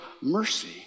mercy